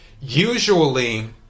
usually